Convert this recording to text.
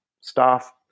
staff